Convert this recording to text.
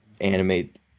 Animate